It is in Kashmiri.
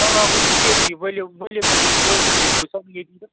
آ آ بہٕ چھُس ییٚتِی ؤلِو ؤلِو تیٚلہِ وٲتِو تُہۍ بہٕ چھُسَو ییٚتِۍ تہٕ